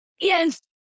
yes